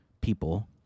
people